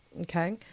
okay